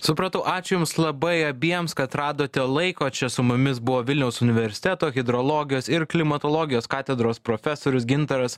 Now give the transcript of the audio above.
supratau ačiū jums labai abiems kad radote laiko čia su mumis buvo vilniaus universiteto hidrologijos ir klimatologijos katedros profesorius gintaras